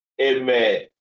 Amen